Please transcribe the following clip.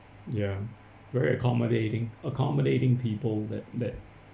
ya very accommodating accommodating people that that